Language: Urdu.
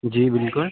جی بالکل